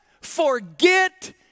forget